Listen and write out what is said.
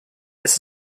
ist